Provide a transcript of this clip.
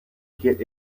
get